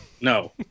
No